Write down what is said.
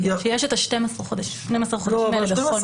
בגלל שיש את ה-12 חודשים האלה בכל מקרה.